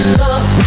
love